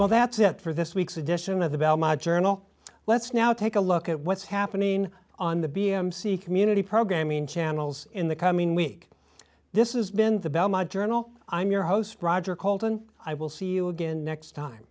well that's it for this week's edition of the journal let's now take a look at what's happening on the b a m c community programming channels in the coming week this is been the belmont journal i'm your host roger called and i will see you again next time